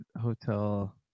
Hotel